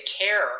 care